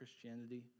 Christianity